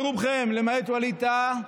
ברובכם, למעט ווליד טאהא,